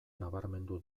nabarmendu